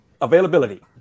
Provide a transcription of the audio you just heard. availability